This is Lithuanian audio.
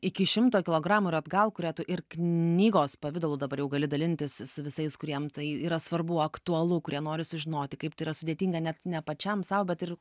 iki šimto kilogramų ir atgal kurią tu ir knygos pavidalu dabar jau gali dalintis su visais kuriem tai yra svarbu aktualu kurie nori sužinoti kaip tai yra sudėtinga net ne pačiam sau bet ir